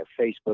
Facebook